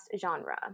genre